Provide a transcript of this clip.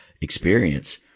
experience